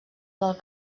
del